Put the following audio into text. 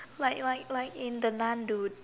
like like like in the Nun dude